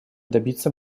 добиться